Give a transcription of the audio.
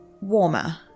warmer